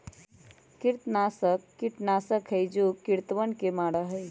कृंतकनाशक कीटनाशक हई जो कृन्तकवन के मारा हई